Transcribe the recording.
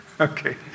Okay